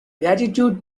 gratitude